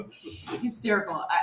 Hysterical